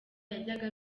yajyaga